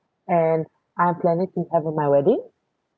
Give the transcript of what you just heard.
and I'm planning to have my wedding